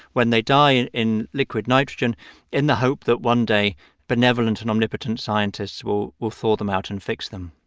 when they die, in in liquid nitrogen in the hope that one day benevolent and omnipotent scientists will will thaw them out and fix them